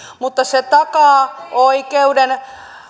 mutta se takaa oikeuden